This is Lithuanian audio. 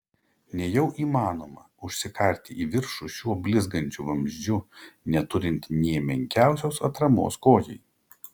nejau įmanoma užsikarti į viršų šiuo blizgančiu vamzdžiu neturint nė menkiausios atramos kojai